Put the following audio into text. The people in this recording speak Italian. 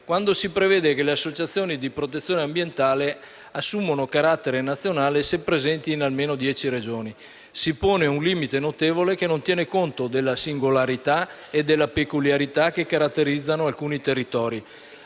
quando si prevede che le associazioni di protezione ambientale assumano carattere nazionale se presenti in almeno dieci Regioni: si pone un limite notevole, che non tiene conto delle singolarità e delle peculiarità che caratterizzano alcuni territori.